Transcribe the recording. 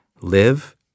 Live